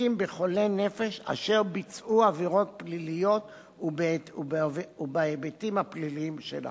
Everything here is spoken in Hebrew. עוסקים בחולי נפש אשר ביצעו עבירות פליליות ובהיבטים הפליליים של החוק.